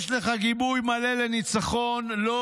יש לך גיבוי מלא לניצחון, לא